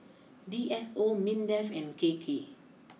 D S O Mindef and K K